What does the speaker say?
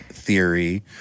theory